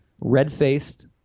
red-faced